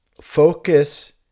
Focus